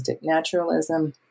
naturalism